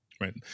right